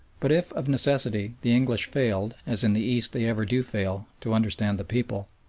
but if, of necessity, the english failed, as in the east they ever do fail, to understand the people,